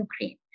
Ukraine